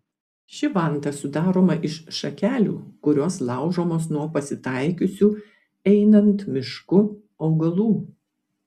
ši vanta sudaroma iš šakelių kurios laužomos nuo pasitaikiusių einant mišku augalų